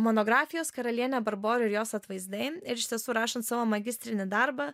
monografijos karalienė barbora ir jos atvaizdai ir surašant savo magistrinį darbą